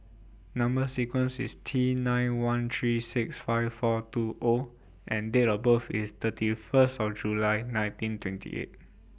Number sequence IS T nine one three six five four two O and Date of birth IS thirty First of July nineteen twenty eight